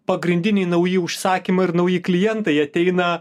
pagrindiniai nauji užsakymai ir nauji klientai ateina